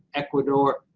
ecuador,